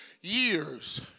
years